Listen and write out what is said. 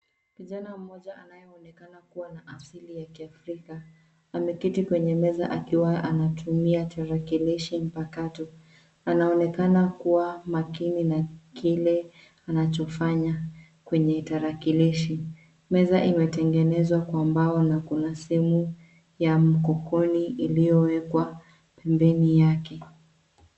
Kijana moja anayeonekana kuwa na asili ya kiafrika ameketi kwenye meza akiwa anatumia tarakilishi mpakato. Anaonekana kuwa makini na kile anachofanya kwenye tarakilishi. Meza imetengenezwa kwa mbao na kuna sehemu ya mkokoni iliyowekwa pembeni yake.